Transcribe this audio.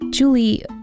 Julie